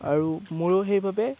আৰু মইয়ো সেইবাবে